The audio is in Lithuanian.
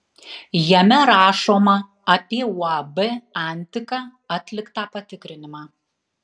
jame rašoma apie uab antika atliktą patikrinimą